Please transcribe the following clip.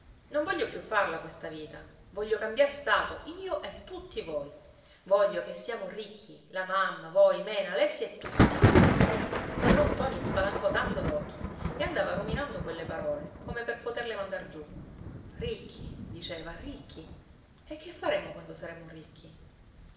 non voglio più farla questa vita voglio cambiar stato io e tutti voi voglio che siamo ricchi la mamma voi mena alessi e tutti padron ntoni spalancò tanto d'occhi e andava ruminando quelle parole come per poterle mandar giù ricchi diceva ricchi e che faremo quando saremo ricchi